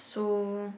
so